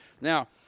Now